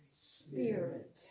spirit